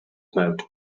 mode